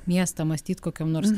miestą mąstyt kokiom nors